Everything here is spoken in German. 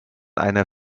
einer